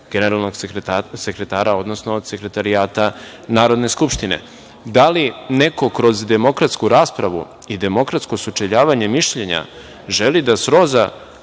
generalnog sekretara, odnosno od sekretarijata Narodne skupštine. Da li neko kroz demokratsku raspravu i demokratsko sučeljavanje mišljenja želi da sroza